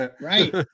Right